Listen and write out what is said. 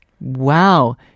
Wow